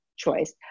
choice